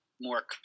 more